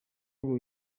ngo